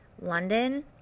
London